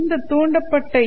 இந்த தூண்டப்பட்ட ஈ